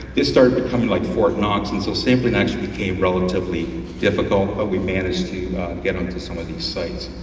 this started becoming like fort knox and so sampling actually became relatively difficult but we managed to get onto some of these sites.